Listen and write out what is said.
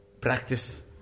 practice